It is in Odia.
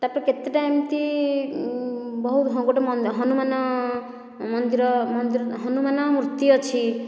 ତାପରେ କେତେଟା ଏମିତି ବହୁ ହଁ ଗୋଟେ ହନୁମାନ ମନ୍ଦିର ମନ୍ଦିର ହନୁମାନ ମୂର୍ତ୍ତି ଅଛି